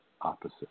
opposite